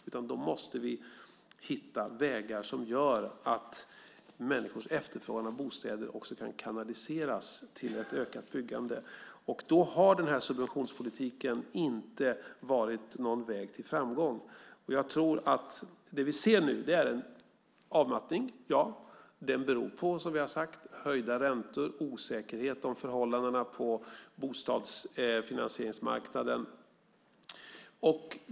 Därför måste vi hitta vägar så att människors efterfrågan på bostäder också kan kanaliseras till ett ökat byggande. Då har subventionspolitiken inte varit någon väg till framgång. Det vi nu ser är en avmattning - ja. Den beror på, som vi har sagt, höjda räntor och på en osäkerhet kring förhållandena på bostadsfinansieringsmarknaden.